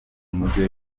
mujyi